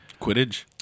Quidditch